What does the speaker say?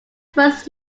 first